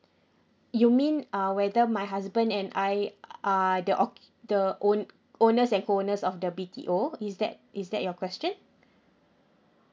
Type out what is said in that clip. you mean uh whether my husband and I uh their oki~ the own~ owners and co owners of the B_T_O is that is that your question